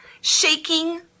shaking